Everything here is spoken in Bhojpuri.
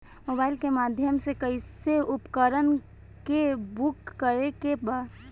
मोबाइल के माध्यम से कैसे उपकरण के बुक करेके बा?